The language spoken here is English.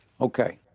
Okay